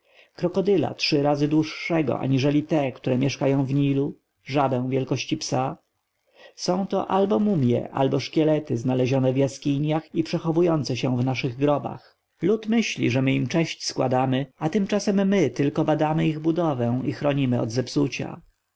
krokodyla trzy razy dłuższego aniżeli te które mieszkają w nilu żabę wielkości psa są to albo mumje albo szkielety znalezione w jaskiniach i przechowujące się w naszych grobach lud myśli że my im cześć składamy a tymczasem my tylko badamy ich budowę i chronimy od zepsucia